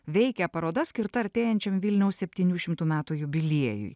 veikia paroda skirta artėjančiam vilniaus septynių šimtų metų jubiliejui